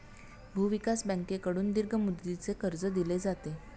भूविकास बँकेकडून दीर्घ मुदतीचे कर्ज दिले जाते